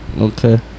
Okay